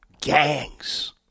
gangs